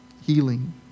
healing